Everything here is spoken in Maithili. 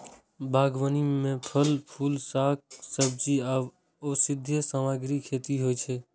बागबानी मे फल, फूल, शाक, सब्जी आ औषधीय सामग्रीक खेती होइ छै